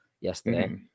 yesterday